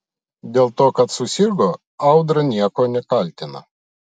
dėl to kad susirgo audra nieko nekaltina